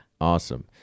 Awesome